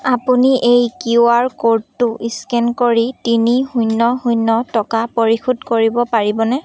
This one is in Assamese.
আপুনি এই কিউ আৰ ক'ডটো স্কেন কৰি তিনি শূন্য শূন্য টকা পৰিশোধ কৰিব পাৰিবনে